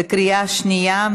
בקריאה שנייה.